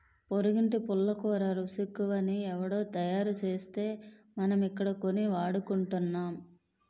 పొరిగింటి పుల్లకూరకి రుసెక్కువని ఎవుడో తయారుసేస్తే మనమిక్కడ కొని వాడుకుంటున్నాం